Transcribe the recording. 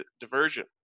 diversion